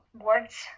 words